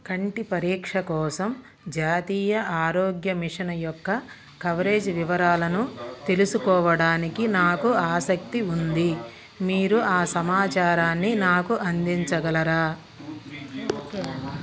కంటి పరీక్ష కోసం జాతీయ ఆరోగ్య మిషన్ యొక్క కవరేజ్ వివరాలను తెలుసుకోవడానికి నాకు ఆసక్తి ఉంది మీరు ఆ సమాచారాన్ని నాకు అందించగలరా